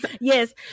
Yes